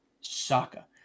Saka